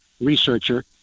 researcher